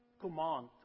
command